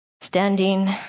Standing